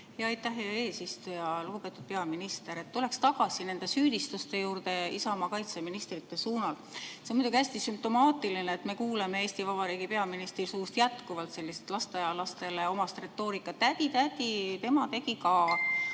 Aitäh, hea eesistuja! Lugupeetud peaminister! Tuleks tagasi nende süüdistuste juurde Isamaa kaitseministrite suunal. See on muidugi hästi sümptomaatiline, et me kuuleme Eesti Vabariigi peaministri suust jätkuvalt sellist lasteaialastele omast retoorikat: "Tädi, tädi, tema tegi ka!"